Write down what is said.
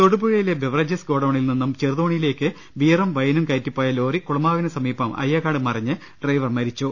തൊടുപുഴയിലെ beverages ഗോഡൌണിൽ നിന്നും ചെറുതോണിയിലേക്ക് ബിയറും വൈനും കയറ്റിപ്പോയ ലോറി കുളമാവിന് സമീപം അയ്യകാട് മറിഞ്ഞ് ഡ്രൈവർ മരിച്ചു